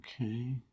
Okay